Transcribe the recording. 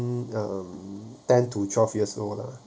um ten to twelve years old ah